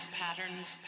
patterns